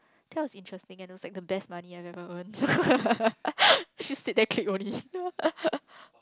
that was interesting and was like the best money I've ever earn just sit there click only